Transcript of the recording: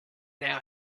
now